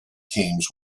teams